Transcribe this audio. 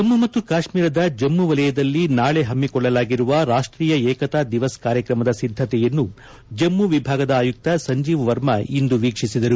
ಜಮ್ಮು ಮತ್ತು ಕಾಶ್ಮೀರದ ಜಮ್ಮು ವಲಯದಲ್ಲಿ ನಾಳೆ ಹಮ್ಮಿಕೊಳ್ಳಲಾಗಿರುವ ರಾಷ್ಟೀಯ ಏಕತಾ ದಿವಸ್ ಕಾರ್ಯಕ್ರಮದ ಸಿದ್ದತೆಯನ್ನು ಜಮ್ಮು ವಿಭಾಗದ ಆಯುಕ್ತ ಸಂಜೀವ್ ವರ್ಮ ಇಂದು ವೀಕ್ಷಿಸಿದರು